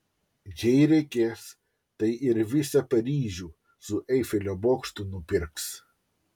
jei reikės tai ir visą paryžių su eifelio bokštu nupirks